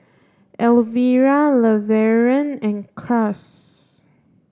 Alvira Levern and Cas